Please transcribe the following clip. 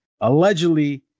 allegedly